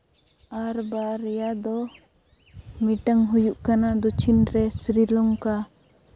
ᱟᱨ ᱵᱟᱨᱭᱟ ᱫᱚ ᱢᱤᱫᱴᱟᱝ ᱦᱩᱭᱩᱜ ᱠᱟᱱᱟ ᱫᱚᱪᱪᱷᱤᱱ ᱨᱮ ᱥᱨᱤᱞᱚᱝᱠᱟ